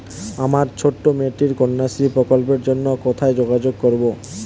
আমার ছোট্ট মেয়েটির কন্যাশ্রী প্রকল্পের জন্য কোথায় যোগাযোগ করব?